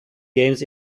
games